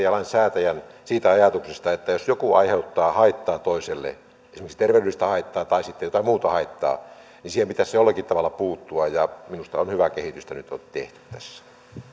ja lainsäätäjän pitäisi lähteä siitä ajatuksesta että jos joku aiheuttaa haittaa toiselle esimerkiksi terveydellistä haittaa tai sitten jotain muuta haittaa niin siihen pitäisi jollakin tavalla puuttua minusta on hyvää kehitystä nyt tehty tässä